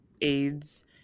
aids